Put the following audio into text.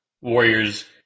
Warriors